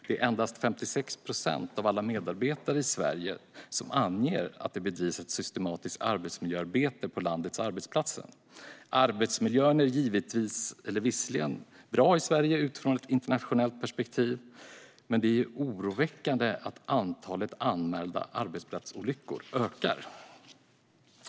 Det är endast 56 procent av alla medarbetare i Sverige som anger att det bedrivs ett systematiskt arbetsmiljöarbete på landets arbetsplatser. Arbetsmiljön är visserligen bra i Sverige utifrån ett internationellt perspektiv, men det är oroväckande att antalet anmälda arbetsolyckor ökar.